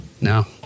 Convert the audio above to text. no